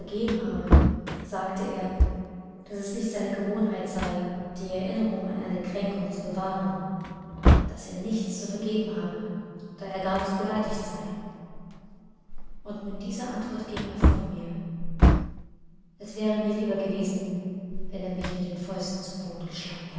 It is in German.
vergeben habe sagte er daß es nicht seine gewohnheit sei die erinnerung an eine kränkung zu bewahren daß er nichts zu vergeben habe da er gar nicht beleidigt sei und mit dieser antwort ging er von mir es wäre mir lieber gewesen wenn er mich mit den fäusten zu boden geschlagen